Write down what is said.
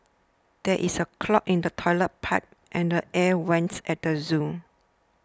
there is a clog in the Toilet Pipe and the Air Vents at the zoo